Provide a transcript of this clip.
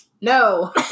No